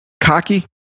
cocky